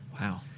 Wow